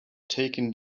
taking